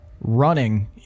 running